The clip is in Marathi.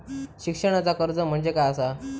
शिक्षणाचा कर्ज म्हणजे काय असा?